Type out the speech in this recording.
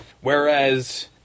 Whereas